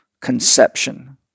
conception